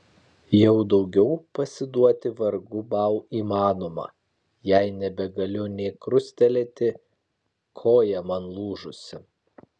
jau daugiau pasiduoti vargu bau įmanoma jei nebegaliu nė krustelėti koja man lūžusi